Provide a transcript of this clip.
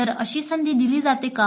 तर अशी संधी दिली जाते का